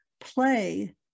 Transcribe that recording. play